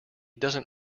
doesn’t